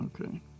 Okay